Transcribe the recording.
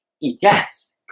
Yes